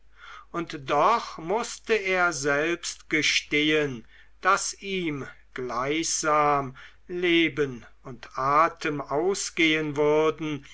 und doch mußte er selbst gestehen daß ihm gleichsam leben und atem ausgehen würde